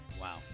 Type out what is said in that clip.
Wow